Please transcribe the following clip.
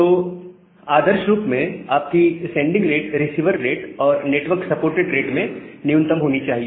तो आदर्श रूप में आप की सेंडिंग रेट रिसीवर रेट और नेटवर्क सपोर्टेड रेट में न्यूनतम होनी चाहिए